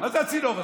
מה זה הצינור הזה?